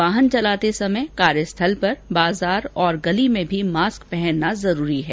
वाहन चलाते समय कार्यस्थल पर बाजार और गली में भी मास्क पहनना जरूरी है